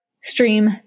stream